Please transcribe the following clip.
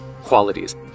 qualities